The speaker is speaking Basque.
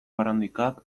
barandikak